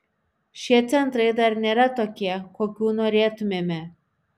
šie centrai dar nėra tokie kokių norėtumėme